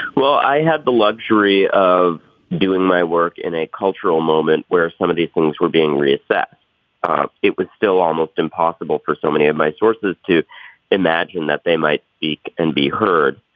well i had the luxury of doing my work in a cultural moment where some of these things were being reassessed. ah it was still almost impossible for so many of my sources to imagine that they might speak and be heard.